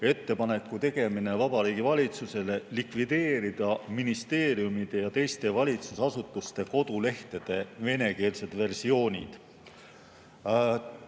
"Ettepaneku tegemine Vabariigi Valitsusele likvideerida ministeeriumide ja teiste valitsusasutuste kodulehtede venekeelsed versioonid"